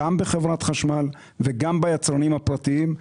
גם בחברת החשמל וגם אצל היצרנים הפרטיים,